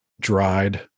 dried